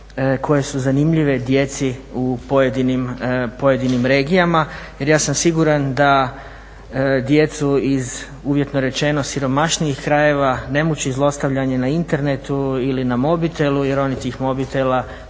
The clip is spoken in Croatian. koje su zanimljive djeci u pojedinim regijama jer ja sam siguran da djecu iz, uvjetno rečeno, siromašnijih krajeva ne muči zlostavljanje na internetu ili na mobitelu jer oni tih mobitela,